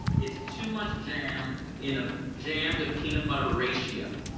it's too much jam in a jam to peanut butter ratio.